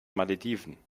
malediven